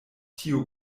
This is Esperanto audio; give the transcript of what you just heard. tiu